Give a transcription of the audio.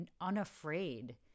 unafraid